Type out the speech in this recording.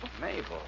Mabel